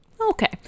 okay